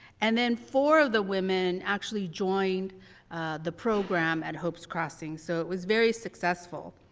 and then four of the women actually joined the program at hope's crossing. so it was very successful.